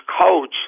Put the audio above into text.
coach